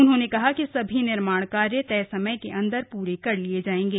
उन्होंने कहा कि सभी निर्माण कार्य तय समय के अंदर प्रे कर लिये जाएंगे